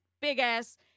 big-ass